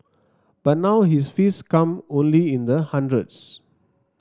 but now his fees come only in the hundreds